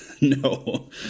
No